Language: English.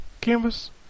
Canvas